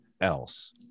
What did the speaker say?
else